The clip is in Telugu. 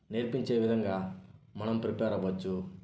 నేర్పించే విధంగా మనం ప్రిపేర్ అవ్వచ్చు